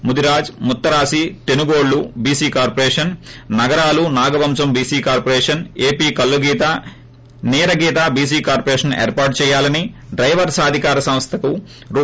Mudiraj Muttarasi Tenugollu BC corporation నగరాలునాగవంశం BC corporation AP కల్లుగీత నీరగీత బీసీ కార్చొరేషన్ ఏర్పాటు చేయాలని డైవర్ సాధికార సంస్లకు రూ